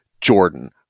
Jordan